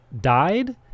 died